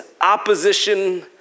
opposition